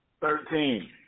Thirteen